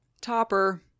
Topper